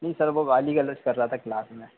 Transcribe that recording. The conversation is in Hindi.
जी सर वो गाली गलौज़ कर रहा था क्लास में